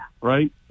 right